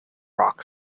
rock